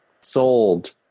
sold